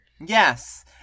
Yes